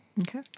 Okay